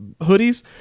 hoodies